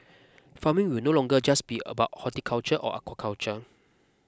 farming will no longer just be about horticulture or aquaculture